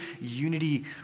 unity